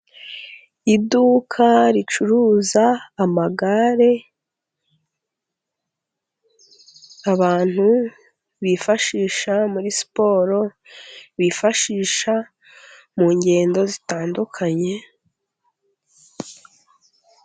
Iduka ricuruza amagare abantu bifashisha muri siporo, bifashisha mu ngendo zitandukanye,..